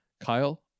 Kyle